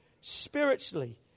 spiritually